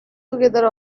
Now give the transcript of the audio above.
together